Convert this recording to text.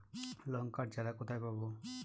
লঙ্কার চারা কোথায় পাবো?